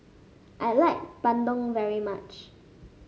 I like bandung very much